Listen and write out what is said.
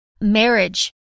marriage